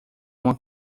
uma